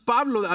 Pablo